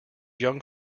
young